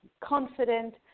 confident